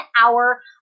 hour